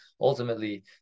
ultimately